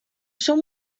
som